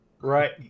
Right